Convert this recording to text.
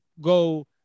go